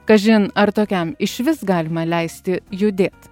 kažin ar tokiam išvis galima leisti judėt